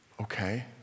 Okay